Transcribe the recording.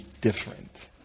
different